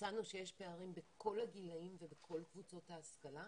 ומצאנו שיש פערים בכל הגילים ובכל קבוצות ההשכלה.